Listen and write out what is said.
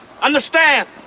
Understand